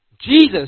Jesus